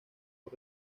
por